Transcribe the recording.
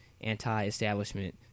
anti-establishment